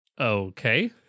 Okay